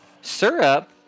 syrup